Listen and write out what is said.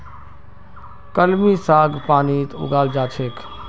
कलमी साग पानीत उगाल जा छेक